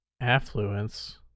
affluence